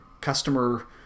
customer